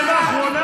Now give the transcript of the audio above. מעבר לטעויות שלהם,